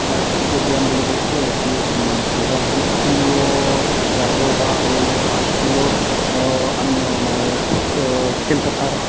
ইয়াত ষ্টেডিয়ামবিলাকৰ বৃহৎ স্কুলৰ ৰাজহুৱা সেই বা স্কুলৰ মানে খেলপথাৰ